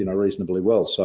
you know reasonably well, so